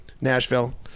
Nashville